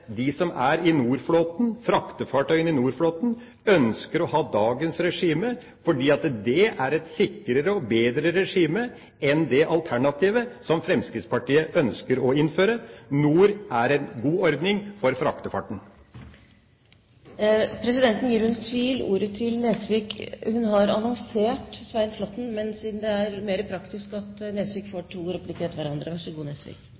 de som er i NOR-flåten – fraktefartøyene i NOR-flåten – ønsker å ha dagens regime, for det er et sikrere og bedre regime enn det alternativet som Fremskrittspartiet ønsker å innføre. NOR er en god ordning for fraktefarten. Presidenten gir under tvil ordet til Harald T. Nesvik. Presidenten har annonsert Svein Flåtten, men det er mer praktisk at Harald T. Nesvik